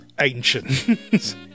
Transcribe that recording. ancient